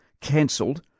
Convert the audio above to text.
cancelled